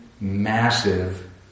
massive